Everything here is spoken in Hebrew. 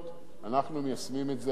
אנחנו מיישמים את זה הלכה למעשה.